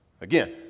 Again